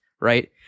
right